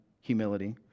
humility